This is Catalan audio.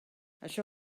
això